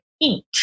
eat